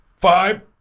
Five